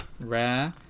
Rare